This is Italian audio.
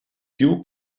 più